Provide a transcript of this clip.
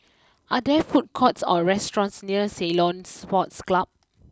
are there food courts or restaurants near Ceylon Sports Club